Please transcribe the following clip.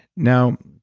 now,